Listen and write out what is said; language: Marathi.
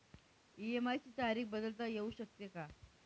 इ.एम.आय ची तारीख बदलता येऊ शकते का?